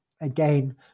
again